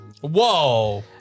whoa